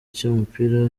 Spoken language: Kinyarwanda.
cy’umupira